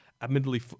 Admittedly